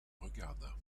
regarda